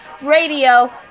Radio